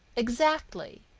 exactly,